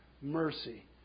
mercy